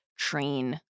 train